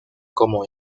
como